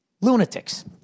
lunatics